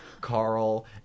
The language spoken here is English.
Carl